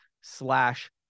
slash